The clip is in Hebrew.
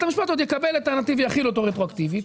המשפט עוד יקבל את טענתי ויחיל אותו רטרואקטיבית.